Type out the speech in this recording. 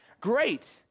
Great